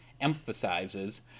emphasizes